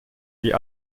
wie